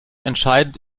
entscheidend